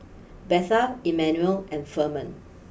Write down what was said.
Betha Immanuel and Ferman